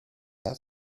that